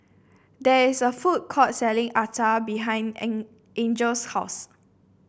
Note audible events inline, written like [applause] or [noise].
there is a food court selling acar behind [unintelligible] Angel's house